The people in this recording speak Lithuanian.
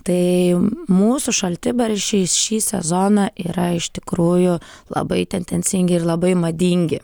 tai mūsų šaltibarščiai šį sezoną yra iš tikrųjų labai tendencingi ir labai madingi